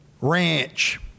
ranch